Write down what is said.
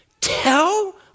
tell